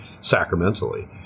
sacramentally